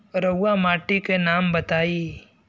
रहुआ माटी के नाम बताई?